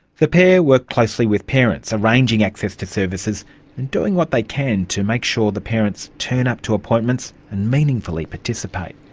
the pair work closely with parents, arranging access to services doing what they can to make sure the parents turn up to appointments and meaningfully participate.